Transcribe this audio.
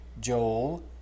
Joel